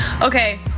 Okay